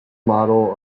model